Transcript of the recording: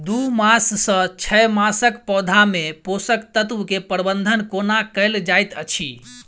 दू मास सँ छै मासक पौधा मे पोसक तत्त्व केँ प्रबंधन कोना कएल जाइत अछि?